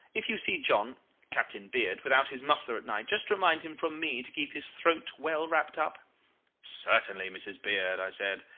if you see john captain beard without his muffler at night, just remind him from me to keep his throat well wrapped up certainly, mrs. beard i said.